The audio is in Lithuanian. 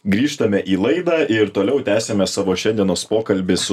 grįžtame į laidą ir toliau tęsiame savo šiandienos pokalbį su